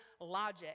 logic